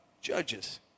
judges